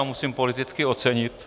Musím ho politicky ocenit.